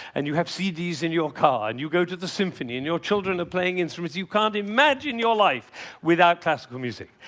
and you have cds in your car, and you go to the symphony, your children are playing instruments. you can't imagine your life without classical music.